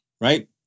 Right